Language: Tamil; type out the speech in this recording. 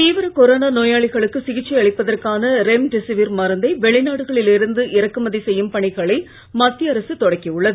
தீவிர கொரோனா நோயாளிகளுக்கு சிகிச்சை அளிப்பதற்கான ரெம்டெசிவிர் மருந்தைவெளிநாடுகளில் இருந்து இறக்குமதி செய்யும் பணிகளை மத்திய அரசு தொடக்கி உள்ளது